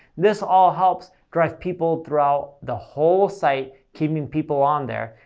this all helps drive people throughout the whole site, keeping people on there,